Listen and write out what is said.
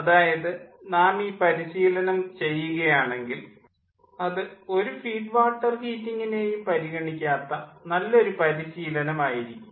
അതായത് നാം ഈ പരിശീലനം ചെയ്യുക ആണെങ്കിൽ അത് ഒരു ഫീഡ് വാട്ടർ ഹീറ്റിങ്ങിനേയും പരിഗണിക്കാത്ത നല്ലൊരു പരിശീലനം ആയിരിക്കും